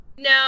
No